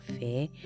fair